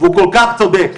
והוא כל כך צודק.